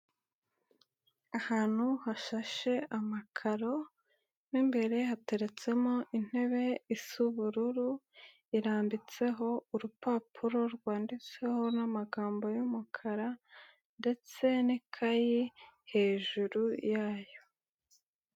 Ahantu hashashe amakaro mo imbere hateretsemo intebe isa ubururu iraditseho urupapuro rwanditseho n'amagambo y'umukara ndetse n'ikayi hejuru yayo.